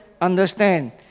understand